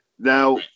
Now